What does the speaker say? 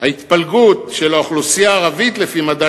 ההתפלגות של האוכלוסייה הערבית לפי מדד